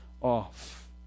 off